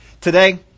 Today